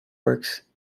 works